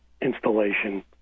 installation